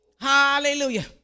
Hallelujah